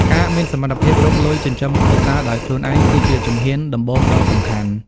ការមានសមត្ថភាពរកលុយចិញ្ចឹមគ្រួសារដោយខ្លួនឯងគឺជាជំហានដំបូងដ៏សំខាន់។